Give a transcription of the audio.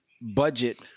budget